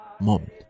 moment